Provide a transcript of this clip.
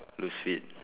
lose shit